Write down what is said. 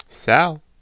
Sal